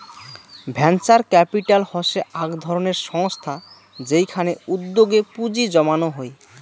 venture capital হসে আক ধরণের সংস্থা যেইখানে উদ্যোগে পুঁজি জমানো হই